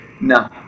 no